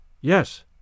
yes